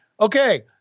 Okay